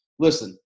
Listen